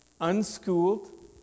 unschooled